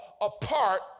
apart